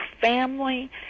family